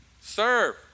Serve